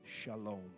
shalom